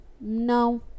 no